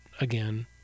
again